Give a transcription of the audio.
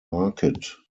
market